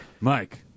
Mike